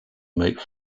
make